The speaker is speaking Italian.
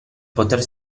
poter